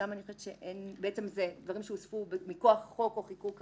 שם אלה דברים שהוספו מכוח חוק או חיקוק אחר,